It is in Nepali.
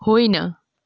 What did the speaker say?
होइन